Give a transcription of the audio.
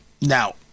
Now